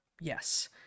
yes